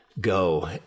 go